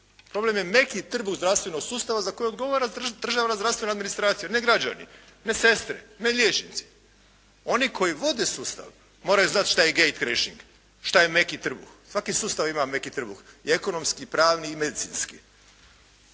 Problem je meki trbuh zdravstvenog sustava za kojeg odgovara državna zdravstvena administracija a ne građani, ne sestre, ne liječnici. Oni koji vode sustav moraju znati šta je gate keeping šta je meki trbuh. Svaki sustav ima meki trbuh, i ekonomski, i pravni i medicinski.